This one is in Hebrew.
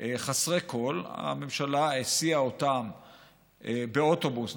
הממשלה הסיעה אותם באוטובוס,